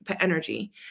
energy